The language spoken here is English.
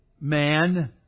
man